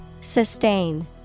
Sustain